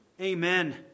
Amen